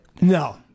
No